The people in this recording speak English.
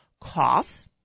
cost